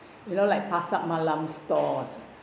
you know like pasar malam stores